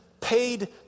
paid